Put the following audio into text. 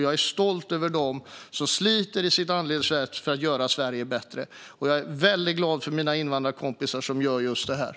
Jag är stolt över dem som sliter i sitt anletes svett för att göra Sverige bättre, och jag är mycket glad över mina invandrarkompisar som gör just detta.